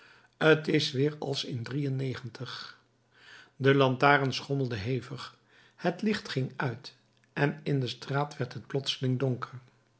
t is weer als in drie en negentig de lantaarn schommelde hevig het licht ging uit en in de straat werd het plotseling donker